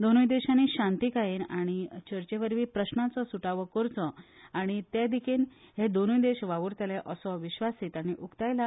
दोनूय देशांनी शांतीकायेन आनी चर्चे वरवीं प्रस्नाचो सूटावो करचो आनी ते दिकेन हे दोनूय देश वावूरतले असो विस्वास तांणी उकतायलो